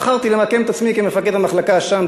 בחרתי למקם את עצמי כמפקד המחלקה שם,